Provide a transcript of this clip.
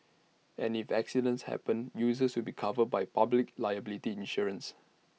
and if accidents happen users will be covered by public liability insurance